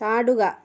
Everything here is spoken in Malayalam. ചാടുക